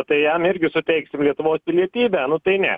tai jam irgi suteiksim lietuvos pilietybę nu tai ne